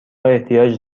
احتیاج